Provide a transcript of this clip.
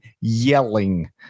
yelling